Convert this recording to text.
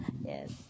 Yes